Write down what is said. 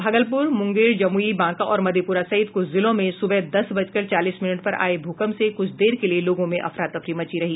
भागलपुर मुंगेर जमुई बांका और मधेपुरा सहित कुछ जिलों में सुबह दस बजकर चालीस मिनट पर आए भूकम्प से कुछ देर के लिए लोगों में अफरातफरी मची रही